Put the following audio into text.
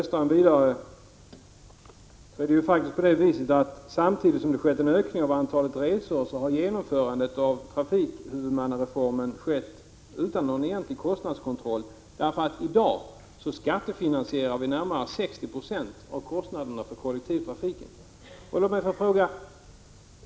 Samtidigt som det har skett en ökning av antalet resor, Olle Östrand, har genomförandet av trafikhuvudmannareformen skett utan någon egentlig kostnadskontroll. I dag skattefinansieras nämligen närmare 60 96 av kostnaderna för kollektivtrafiken.